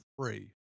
three